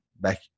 back